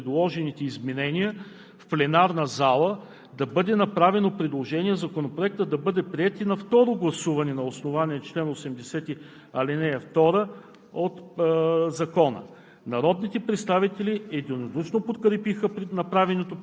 председателят на Комисията господин Славчо Атанасов предложи, с оглед на пълния консенсус по предложените изменения, в пленарната зала да бъде направено предложение Законопроектът да бъде приет и на второ гласуване на основание чл. 80, ал. 2